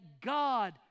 God